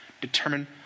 determine